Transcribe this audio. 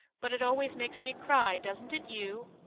but it always makes me cry doesn't it you?